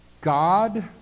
God